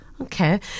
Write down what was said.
Okay